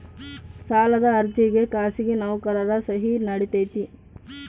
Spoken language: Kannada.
ಸಾಲದ ಅರ್ಜಿಗೆ ಖಾಸಗಿ ನೌಕರರ ಸಹಿ ನಡಿತೈತಿ?